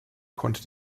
konnte